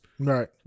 Right